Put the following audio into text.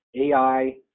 ai